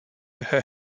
her